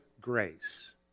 grace